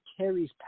carries